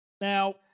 now